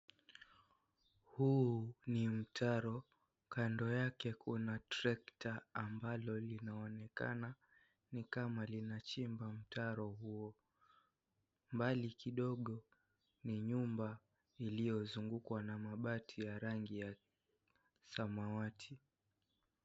Huu ni mtaro kando yake kuna tractor ambalo linaonekana ni kama linachimba mtaro huo, mbali kidogo ni nyumba iliyozungukwa na mabati ya rangi ya samawati.